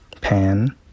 Pan